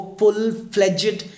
full-fledged